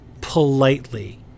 politely